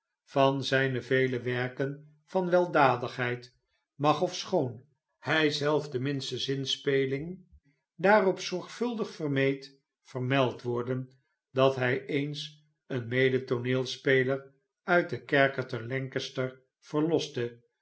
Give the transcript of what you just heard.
van zijne vele werken van weldadigheid mag ofschoon hij zelf de minste zinspeling daarop zorgvuldig vermeed vermeld worden dat hij eens een medetooneelspeler